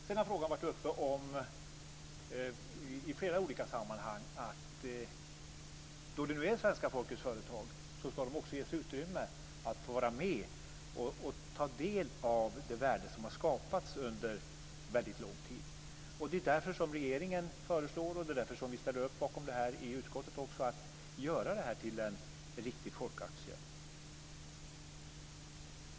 Sedan har frågan varit uppe i flera olika sammanhang att då det är svenska folkets företag ska folket också ges utrymme att få vara med och ta del av det värde som har skapats under väldigt lång tid. Därför har regeringen föreslagit, och därför har vi ställt oss bakom det i utskottet, att göra detta till en riktig folkaktie.